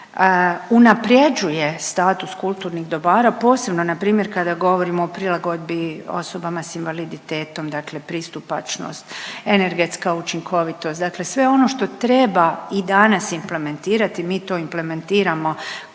unaprjeđuje status kulturnih dobara posebno npr. kada govorimo o prilagodbi osobama s invaliditetom, dakle pristupačnost, energetska učinkovitost, dakle sve ono što treba i danas implementirati mi to implementiramo kroz